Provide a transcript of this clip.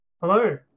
Hello